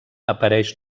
apareix